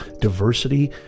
diversity